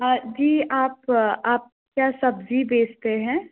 हाँ जी आप आप क्या सब्ज़ी बेचते हैं